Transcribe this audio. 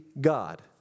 God